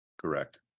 Correct